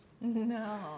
No